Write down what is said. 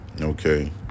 Okay